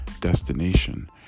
destination